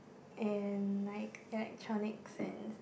and like electronics and